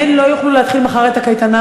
הן לא יוכלו להתחיל מחר את הקייטנה,